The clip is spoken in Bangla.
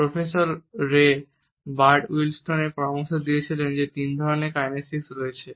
প্রফেসর রে বার্ডউইস্টেল পরামর্শ দিয়েছিলেন যে তিন ধরনের কাইনেসিক রয়েছে